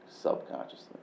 subconsciously